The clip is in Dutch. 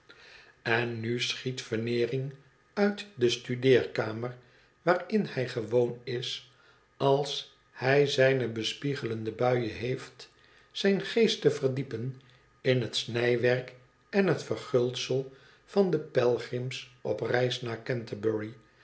en nu schiet veneering uit de studeerkamer waarin hij gewoon is als hij zijne bespiegelende buien heeft zijn geest te verdiepen in het snijwerk en het verguldsel van de pelgrims op reis naar canterbury